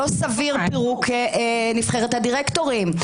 לא סביר פירוק נבחרת הדירקטורים,